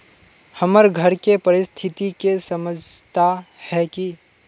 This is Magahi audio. हमर घर के परिस्थिति के समझता है की?